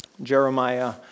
Jeremiah